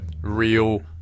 real